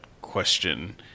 question